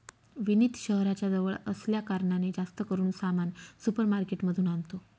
विनीत शहराच्या जवळ असल्या कारणाने, जास्त करून सामान सुपर मार्केट मधून आणतो